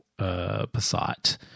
Passat